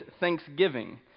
thanksgiving